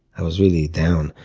i was really down.